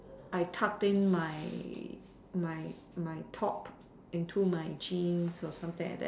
I cut in my my top into my jeans or something like that